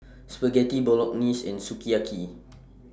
Spaghetti Bolognese and Sukiyaki